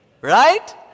Right